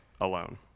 alone